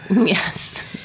yes